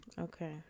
Okay